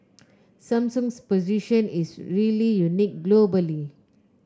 Samsung's position is really unique globally